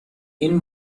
این